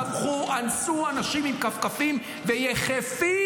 טבחו, אנסו, אנשים עם כפכפים ויחפים.